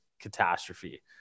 catastrophe